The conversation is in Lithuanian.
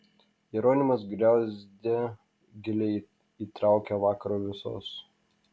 jeronimas griauzdė giliai įtraukia vakaro vėsos